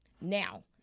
now